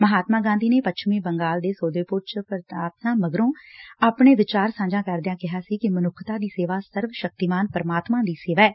ਮਹਾਤਮਾ ਗਾਂਧੀ ਨੇ ਪੱਛਮੀ ਬੰਗਾਲ ਦੇ ਸੌਦੇਪੁਰ ਚ ਪ੍ਰਾਰਥਨਾ ਸਭਾ ਮਗਰੋ ਆਪਣੇ ਵਿਚਾਰ ਸਾਂਝੇ ਕਰਦਿਆਂ ਕਿਹਾ ਕਿ ਮਨੁੱਖਤਾ ਦੀ ਸੇਵਾ ਸਰਵ ਸ਼ਕਤੀਮਾਨ ਪ੍ਮਾਤਮਾ ਦੀ ਸੇਵਾ ਐ